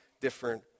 different